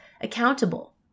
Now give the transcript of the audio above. accountable